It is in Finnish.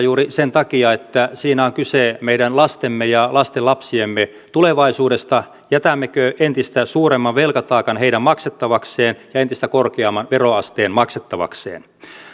juuri sen takia että siinä on kyse meidän lastemme ja lastenlapsiemme tulevaisuudesta jätämmekö entistä suuremman velkataakan heidän maksettavakseen ja entistä korkeamman veroasteen maksettavakseen